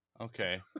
Okay